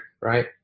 Right